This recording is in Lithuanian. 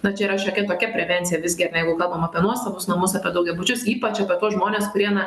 na čia yra šiokia tokia prevencija visgi ar ne jeigu kalbam apie nuosavus namus apie daugiabučius ypač apie tuos žmones kurie na